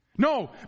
No